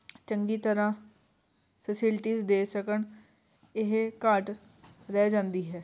ਚੰਗੀ ਤਰ੍ਹਾਂ ਫਸਿਲਟੀਜ਼ ਦੇ ਸਕਣ ਇਹ ਘਾਟ ਰਹਿ ਜਾਂਦੀ ਹੈ